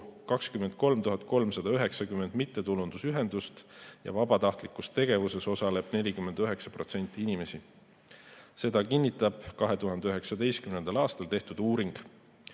23 390 mittetulundusühendust ja vabatahtlikus tegevuses osaleb 49% inimestest. Seda kinnitab 2019. aastal tehtud uuring.